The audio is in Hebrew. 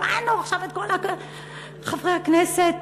שמענו עכשיו את כל חברי הכנסת,